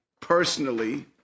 personally